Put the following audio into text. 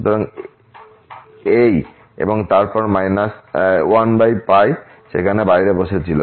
সুতরাং এই এবং তারপর 1 সেখানে বাইরে বসে ছিল